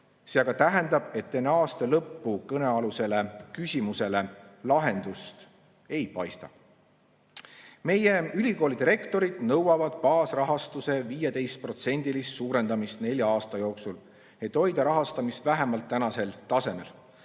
See aga tähendab, et enne aasta lõppu kõnealusele küsimusele lahendust ei paista. Meie ülikoolide rektorid nõuavad baasrahastuse 15%‑list suurendamist nelja aasta jooksul, et hoida rahastamist vähemalt tänasel tasemel.